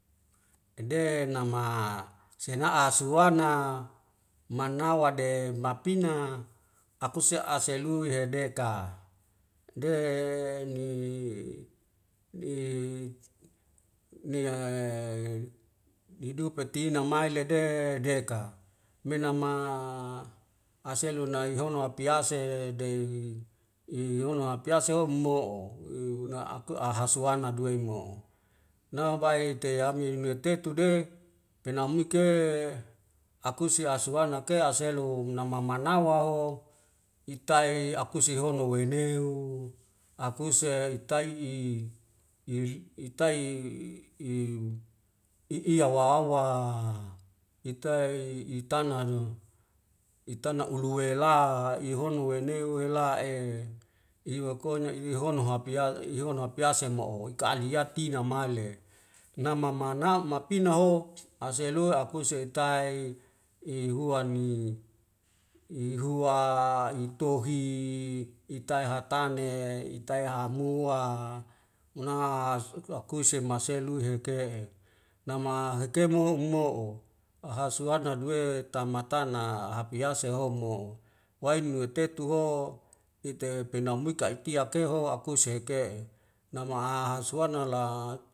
Ede nama sena'a suwana manawa de mapina akuse aselu yedeka de ni ni bie nidup tina mailede deka menama aselunai hono apiyasehe dei i hono hapease ho mo'o una aku ahasuwana duwei mo'o nabai teyami nue tetu de penamuike akuse asuwana ke aselu nama manawa o itae akuse homo woeneo akuse itai'i i itai'i i i iya wawa itaei itana na itana nauluwe la ihono wenewe la'e iwakonya inihono hapiya ihono hapiyase mo'o kali'yatina maile na mama mana mapina ho aselua akuse etaei i huan mi i hua hitohi itaei hatane itaei hamhua na akuese maselue heke'e nama heke muhu mo'o hasuadra duwe tamatana hapiase homo wailuamo tetu o ite penamika itiak kehoho akuse heke'e nama ha haswana la